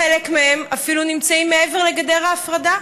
חלק מהם אפילו נמצאים מעבר לגדר ההפרדה.